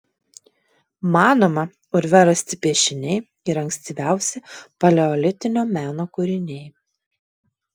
manoma urve rasti piešiniai yra ankstyviausi paleolitinio meno kūriniai